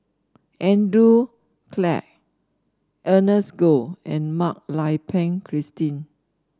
Andrew Clarke Ernest Goh and Mak Lai Peng Christine